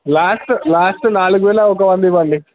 last last నాలుగు వేల ఒక వంద ఇవ్వండి